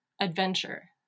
adventure